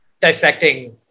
dissecting